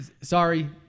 sorry